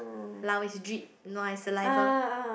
lao is drip nua is saliva